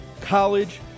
college